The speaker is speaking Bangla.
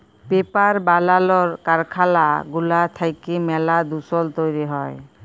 পেপার বালালর কারখালা গুলা থ্যাইকে ম্যালা দুষল তৈরি হ্যয়